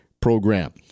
Program